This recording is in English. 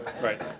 Right